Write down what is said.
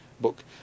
book